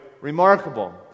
remarkable